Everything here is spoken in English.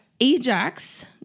Ajax